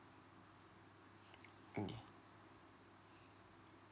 mm